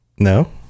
no